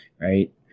right